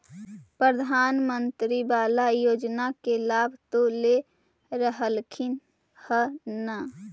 प्रधानमंत्री बाला योजना के लाभ तो ले रहल्खिन ह न?